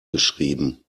geschrieben